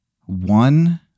one